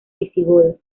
visigodo